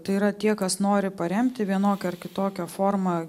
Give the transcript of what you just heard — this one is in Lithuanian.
tai yra tie kas nori paremti vienokia ar kitokia forma